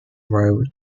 row